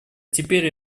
теперь